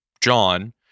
John